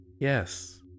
Yes